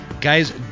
guys